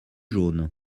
jaunes